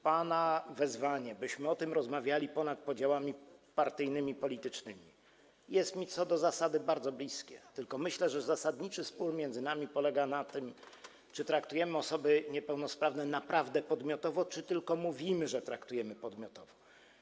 Pana wezwanie, byśmy o tym rozmawiali ponad podziałami partyjnymi, politycznymi, jest mi co do zasady bardzo bliskie, tylko myślę, że zasadniczy spór między nami polega na tym, czy traktujemy osoby niepełnosprawne naprawdę podmiotowo, czy tylko mówimy, że traktujemy podmiotowo.